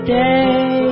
day